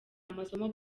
amasomo